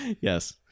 yes